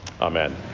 Amen